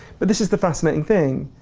but this is the fascinating thing,